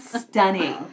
Stunning